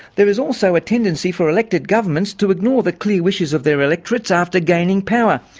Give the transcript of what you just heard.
there is also a tendency for elected governments to ignore the clear wishes of their electorates after gaining power.